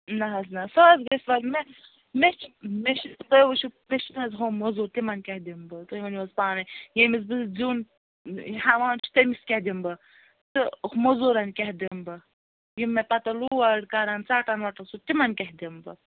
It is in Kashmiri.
نہَ حظ نہَ سُہ حظ گَژھِ وۅنۍ مےٚ مےٚ چھُ مےٚ چھُ تُہۍ وُچھِو مےٚ چھُناہ حظ یِم موٚزوٗر تِمن کیٛاہ دِمہٕ بہٕ تُہۍ ؤنِو حظ پانے ییٚمِس بہٕ زیُن ہٮ۪وان چھِ تٔمِس کیٛاہ دِمہٕ بہٕ تہٕ موٚزوٗرن کیٛاہ دِمہٕ بہٕ یہِ مےٚ پتہٕ لوڈ کَران ژٹان وَٹان سُہ تِمن کیٛاہ دِمہٕ بہٕ